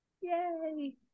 yay